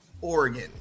oregon